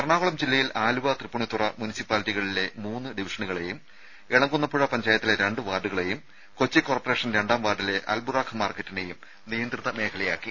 എറണാകുളം ജില്ലയിൽ ആലുവ തൃപ്പൂണിത്തുറ മുനിസിപ്പാലിറ്റികളിലെ മൂന്ന് ഡിവിഷനുകളെയും എളങ്കുന്നപ്പുഴ പഞ്ചായത്തിലെ രണ്ട് വാർഡുകളെയും കൊച്ചി കോർപ്പറേഷൻ രണ്ടാം വാർഡിലെ അൽബുറാക് മാർക്കറ്റിനെയും നിയന്ത്രിത മേഖലയാക്കി